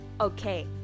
Okay